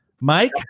Mike